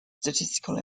statistical